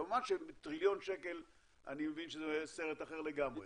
כמובן שטריליון שקל אני מבין שזה סרט אחר לגמרי,